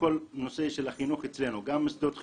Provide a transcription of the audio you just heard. בכל הנושא של החינוך אצלנו, גם מוסדות חינוך,